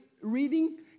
reading